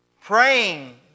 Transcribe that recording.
praying